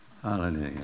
Hallelujah